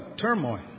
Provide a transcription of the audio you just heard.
turmoil